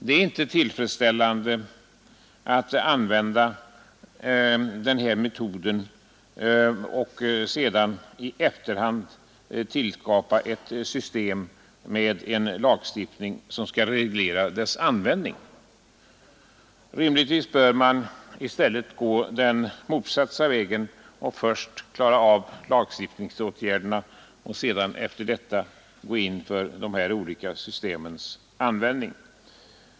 Det är inte tillfreds ställande att först inrätta ett system med datateknik och sedan i efterhand stifta lagar som skall reglera dess användning. Rimligtvis bör man i stället gå den motsatta vägen och först klara av lagstiftningen för att därefter gå in för de olika systemens användning.